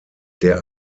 der